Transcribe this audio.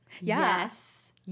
Yes